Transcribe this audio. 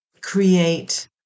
create